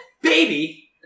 baby